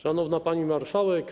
Szanowna Pani Marszałek!